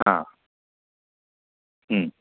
हां